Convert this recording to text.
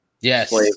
yes